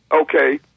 Okay